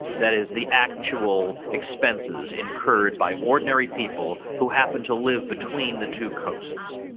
that is, the actual expenses incurred by ordinary people who happen to live between the two costs.